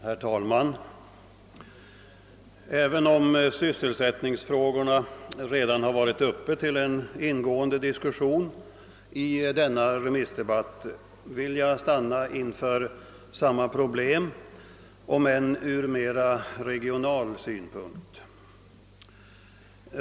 Herr talman! Även om sysselsätt ningsfrågorna redan har varit uppe till ingående diskussion i denna remissdebatt vill jag stanna inför detta problem och kanske se det mera ur regional synpunkt.